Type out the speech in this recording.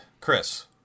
Chris